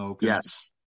Yes